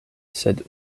sed